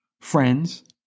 friends